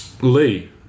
Lee